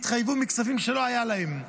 התחייבו מכספים שלא היו להם.